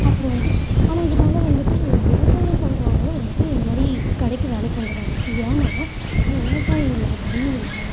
அப்புறம் வந்துவிட்டு ஆனால் இதனால் வந்துவிட்டு விவசாயம் பண்ணுறவங்களும் வந்துவிட்டு இந்த மாதிரி கடைக்கு வேலைக்கு வந்துடுறாங்க ஏன்னா அங்கே விவசாயம் இல்லை தண்ணி இல்லை